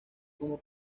como